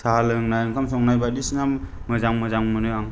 साहा लोंनाय ओंखाम संनाय बायदिसिना मोजां मोजां मोनो आं